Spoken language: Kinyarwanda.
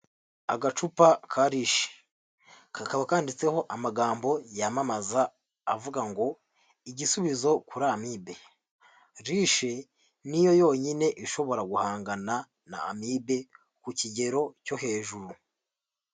Agacupa ka Reishi kakaba kanditseho amagambo yamamaza avuga ngo ''igisubizo kuri amibe'' Reishi niyo yonyine ishobora guhangana na amibe ku kigero cyo hejuru.